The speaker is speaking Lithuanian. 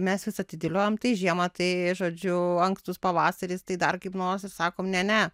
mes vis atidėliojom tai žiemą tai žodžiu ankstus pavasaris tai dar kaip nors ir sakom ne ne